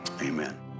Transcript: amen